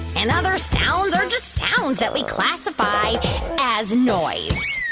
and other sounds are just sounds that we classify as noise